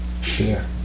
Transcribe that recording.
Fear